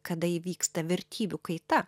kada įvyksta vertybių kaita